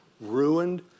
ruined